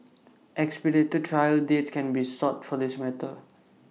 expedited trial dates can be sought for this matter